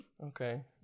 Okay